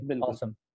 awesome